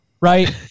right